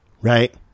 right